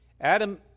Adam